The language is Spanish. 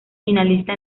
finalista